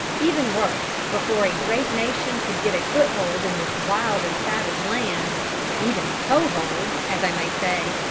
even worse, before a great nation could get a foothold in this wild and savage land even a toe-hold, as i may say,